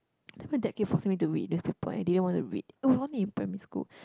then my dad kept forcing me to read newspaper I didn't want to read it was only in primary school